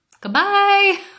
Goodbye